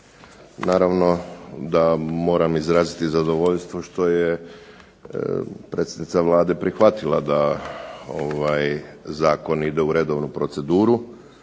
Naravno da moram izraziti zadovoljstvo što je predsjednica Vlade prihvatila da zakon ide u redovnu proceduru,